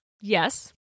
Yes